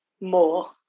more